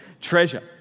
treasure